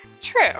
True